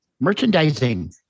Merchandising